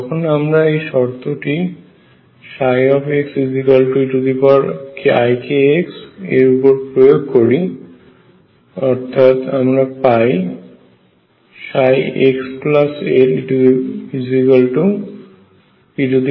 যখন আমরা এই শর্তটি eikx এর উপর প্রয়োগ করি অর্থাৎ আমরা পাই xLeikxeikL